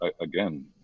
again